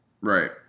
Right